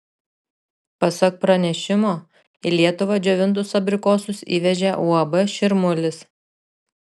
pasak pranešimo į lietuvą džiovintus abrikosus įvežė uab širmulis